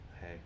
hey